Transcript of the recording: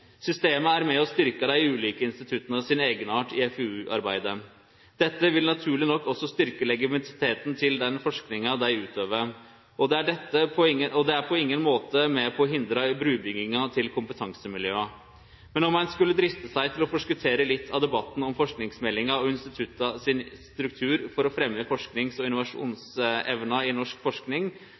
Systemet er med på å styrkje dei ulika institutta sin eigenart i FoU-arbeidet. Dette vil naturleg nok også styrkje legitimiteten til den forskinga dei gjer, og det er på ingen måte med på å hindre brubygginga til kompetansemiljøa. Men om ein skulle driste seg til å forskottere litt av debatten om forskingsmeldinga og institutta sin struktur for å fremje forskings- og innovasjonsevna i norsk forsking,